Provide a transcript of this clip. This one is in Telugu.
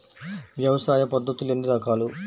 వ్యవసాయ పద్ధతులు ఎన్ని రకాలు?